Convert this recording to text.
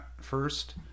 first